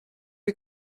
les